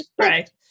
right